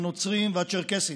הנוצרים והצ'רקסים.